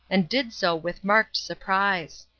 and did so with marked surprise.